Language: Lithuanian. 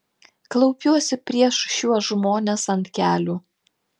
klaupiuosi prieš šiuos žmones ant kelių